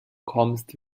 kommst